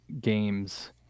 games